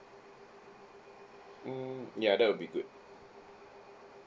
mm ya that will be good